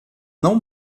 não